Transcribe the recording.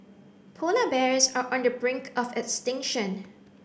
polar bears are on the brink of extinction